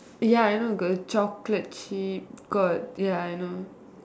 ya I know got chocolate chip got ya I know